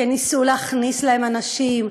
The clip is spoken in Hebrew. שניסו להכניס להם אנשים,